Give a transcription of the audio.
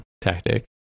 tactic